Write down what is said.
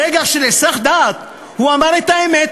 ברגע של היסח הדעת הוא אמר את האמת,